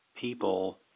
people